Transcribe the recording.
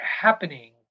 happening